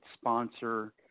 sponsor